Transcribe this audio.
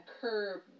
curb